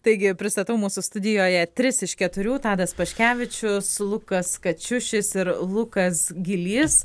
taigi pristatau mūsų studijoje tris iš keturių tadas paškevičius lukas kačiušis ir lukas gylys